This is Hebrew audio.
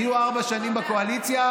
תהיו ארבע שנים בקואליציה,